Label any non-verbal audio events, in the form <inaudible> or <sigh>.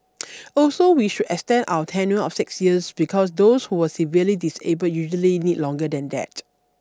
<noise> also we should extend our tenure of six years because those who were severely disabled usually need longer than that